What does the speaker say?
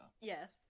Yes